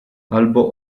albo